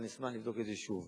אבל אני אשמח לבדוק את זה שוב.